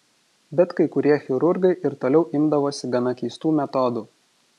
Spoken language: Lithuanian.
bet kai kurie chirurgai ir toliau imdavosi gana keistų metodų